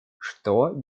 что